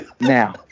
Now